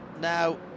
now